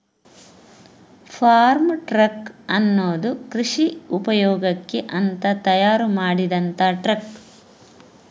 form truck ಅನ್ನುದು ಕೃಷಿ ಉಪಯೋಗಕ್ಕೆ ಅಂತ ತಯಾರು ಮಾಡಿದಂತ ಟ್ರಕ್